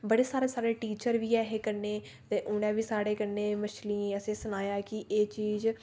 बड़े सारे साढ़े टीचर बी ऐ हे कन्नै ते उ'नें बी साढ़े कन्नै मछलियें गी असें सनाया कि एह् चीज